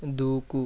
దూకు